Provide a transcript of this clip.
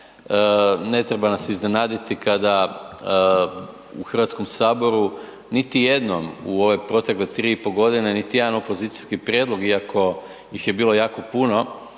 ne treba nas iznenaditi kada u Hrvatskom saboru niti jednom u ove protekle 3,5 godine niti jedan opozicijski prijedlog, iako ih je bilo jako puno